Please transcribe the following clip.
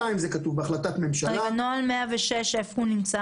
איפה נמצא נוהל 106?